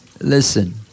Listen